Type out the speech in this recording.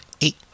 Eight